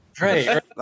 Right